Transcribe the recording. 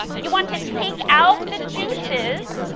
you want to take out the juices.